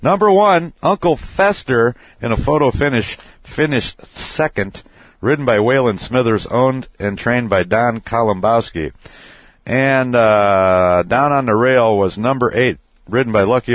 number one uncle fester in a photo finish finish second written by wayland smithers owned and trained by don column boss q and down on the rail was number eight written by lucky